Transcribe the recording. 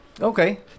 Okay